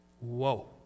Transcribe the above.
Whoa